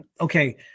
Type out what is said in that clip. okay